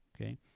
Okay